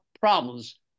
problems